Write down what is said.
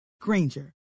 Granger